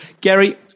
Gary